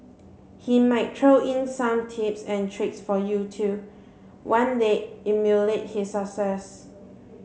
he might throw in some tips and tricks for you to one day emulate his success